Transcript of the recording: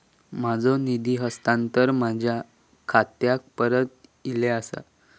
माझो निधी हस्तांतरण माझ्या खात्याक परत इले आसा